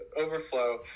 overflow